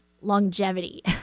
longevity